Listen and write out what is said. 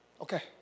Okay